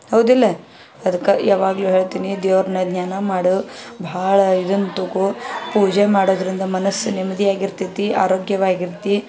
ಹೌದಿಲ್ಲೆ ಅದಕ್ಕೆ ಯಾವಾಗ್ಲೂ ಹೇಳ್ತೀನಿ ದೇವ್ರನ್ನ ಧ್ಯಾನ ಮಾಡಿ ಭಾಳ ಇದನ್ನ ತಗೊ ಪೂಜೆ ಮಾಡೋದ್ರಿಂದ ಮನಸು ನೆಮ್ಮದಿ ಆಗಿರ್ತೇತಿ ಆರೋಗ್ಯವಾಗಿ ಇರ್ತಿ